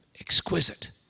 exquisite